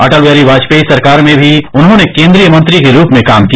अटल बिहारी वाजपेयी सरकार में भी उन्होंने केन्द्रीय मंत्री के रूप में काम किया